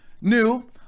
New